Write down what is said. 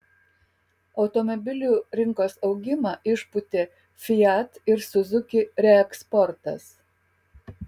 automobilių rinkos augimą išpūtė fiat ir suzuki reeksportas